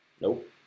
Nope